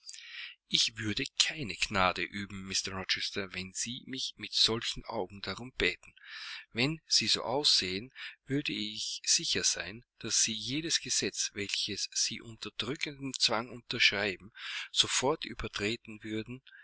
ich würde keine gnade üben mr rochester wenn sie mich mit solchen augen darum bäten wenn sie so aussähen würde ich sicher sein daß sie jedes gesetz welches sie unter drückendem zwange unterschreiben sofort übertreten würden